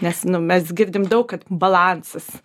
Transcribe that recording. nes nu mes girdim daug kad balansas